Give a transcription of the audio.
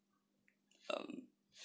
um